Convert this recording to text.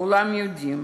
כולם יודעים